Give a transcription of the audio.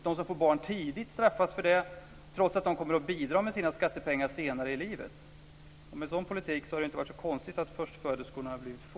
De som får barn tidigt straffas för det trots att de kommer att bidra med sina skattepengar senare i livet. Med en sådan politik har det inte varit så konstigt att förstföderskorna har blivit få.